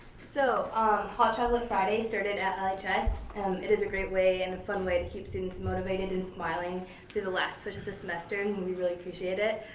so hot chocolate friday started at um lhs and it is a great way and fun way to keep students motivated and smiling through the last push of the semester and and we really appreciate it.